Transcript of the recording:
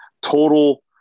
total